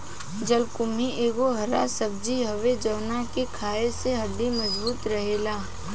जलकुम्भी एगो हरा सब्जी हवे जवना के खाए से हड्डी मबजूत रहेला